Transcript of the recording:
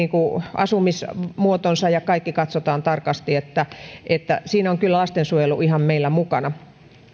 asumismuotonsa ja kaikki katsotaan tarkasti että että siinä on kyllä lastensuojelu ihan meillä mukana